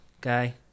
guy